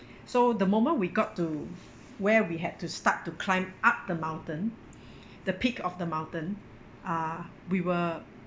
so the moment we got to where we had to start to climb up the mountain the peak of the mountain uh we were